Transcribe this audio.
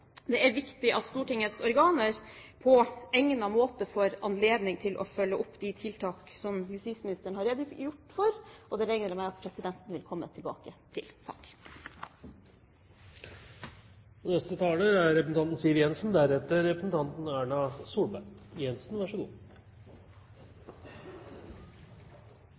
Det er viktig at Stortingets organer på egnet måte får anledning til å følge opp de tiltak som justisministeren har redegjort for, og det regner jeg med at presidenten vil komme tilbake til.